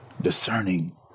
discerning